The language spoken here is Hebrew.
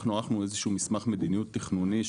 אנחנו ערכנו איזה שהוא מסמך מדיניות תכנוני,